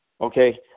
okay